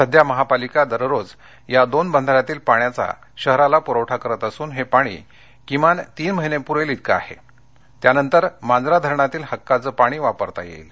सध्या महापालिका दररोज या दोन बंधाऱ्यातील पाण्याचा शहराला पुरवठा करत असून हे पाणी किमान तीन महिने पुरेल एवढे आहे त्यानंतर मांजरा धरणातील हक्काचं पाणी वापरता येणार आहे